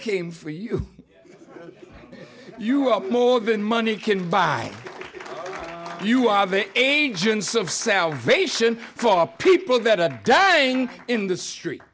came for you you are more than money can buy you are they agents of salvation for people that are dying in the street